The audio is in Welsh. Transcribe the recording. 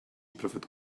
pryfed